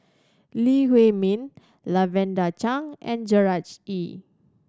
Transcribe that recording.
Lee Huei Min Lavender Chang and Gerard Ee